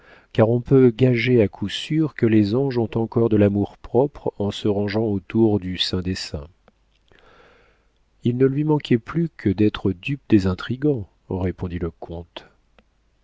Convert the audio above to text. car on peut gager à coup sûr que les anges ont encore de l'amour-propre en se rangeant autour du saint des saints il ne lui manquait plus que d'être la dupe des intrigants répondit le comte